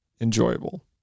enjoyable